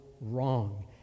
wrong